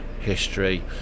history